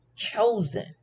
chosen